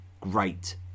Great